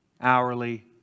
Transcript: hourly